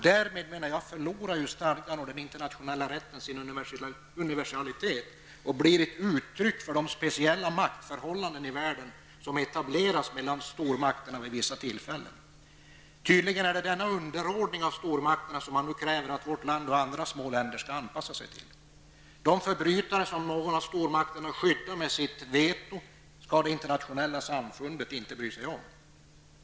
Därmed, menar jag, förlorar stadgan och den internationella rätten sin universalitet och blir ett uttryck för de speciella maktförhållanden i världen som etablerats mellan stormakterna vid vissa tillfällen. Tydligen är det denna underordning i förhållande till stormakterna som man nu kräver att vårt land och andra små länder skall anpassa sig till. De förbrytare som någon av stormakterna skyddar med sitt veto skall det internationella samfundet inte bry sig om.